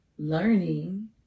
learning